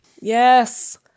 Yes